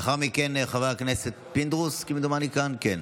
לאחר מכן חבר הכנסת פינדרוס, כמדומני כאן, כן.